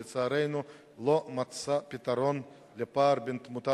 לצערנו לא נמצא פתרון לפער בין תמותת